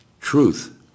truth